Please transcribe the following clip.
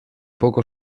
poco